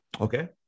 Okay